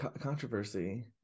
Controversy